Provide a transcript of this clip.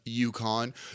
UConn